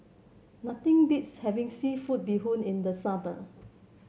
nothing beats having seafood Bee Hoon in the summer